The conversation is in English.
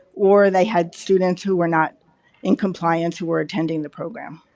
or they had students who were not in compliance who were attending the program.